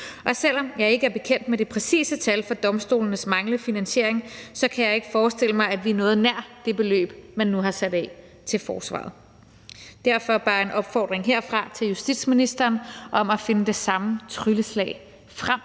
og selv om jeg ikke er bekendt med det præcise tal for domstolenes manglende finansiering, kan jeg ikke forestille mig, at vi er noget nær det beløb, man nu har sat af til forsvaret. Derfor vil jeg bare komme med en opfordring herfra til justitsministeren om at finde det samme trylleslag frem